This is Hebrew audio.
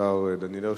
השר דניאל הרשקוביץ,